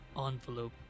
envelope